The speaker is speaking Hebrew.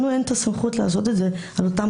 לנו אין את הסמכות לעשות את זה על אותם